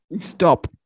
Stop